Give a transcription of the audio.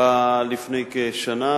באה לפני כשנה,